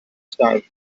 stanza